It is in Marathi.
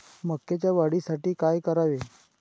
मकाच्या वाढीसाठी काय करावे?